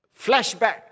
flashback